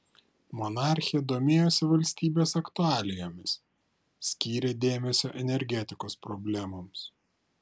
monarchė domėjosi valstybės aktualijomis skyrė dėmesio energetikos problemoms